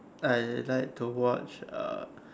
I like to watch uh